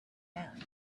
man